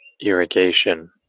irrigation